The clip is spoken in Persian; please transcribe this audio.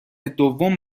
دوم